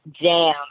jam